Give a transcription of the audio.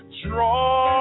draw